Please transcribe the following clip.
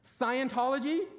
Scientology